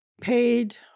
Paid